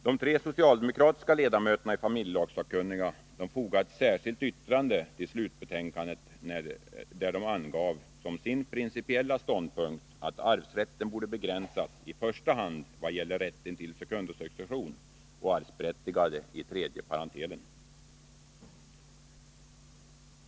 De tre socialdemokratiska ledamöterna i familjelagssakkunniga fogade ett särskilt yttrande till slutbetänkandet, där de angav som sin principiella ståndpunkt att arvsrätten borde begränsas i första hand i vad gäller rätten till sekundosuccession och arvsberättigade i tredje parentelen.